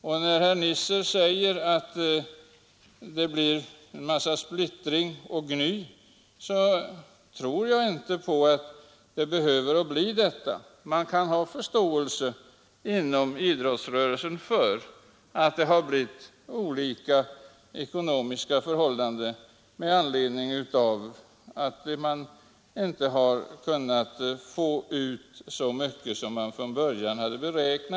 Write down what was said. När herr Nisser säger att det blir splittring och en massa gny så tror jag inte riktigt på detta. Man har nog inom idrottsrörelsen förståelse för att det i vissa föreningar blivit ändrade ekonomiska förhållanden genom att man inte fått ut så mycket som man från början hade beräknat.